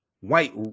white